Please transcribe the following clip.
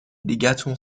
دیگتون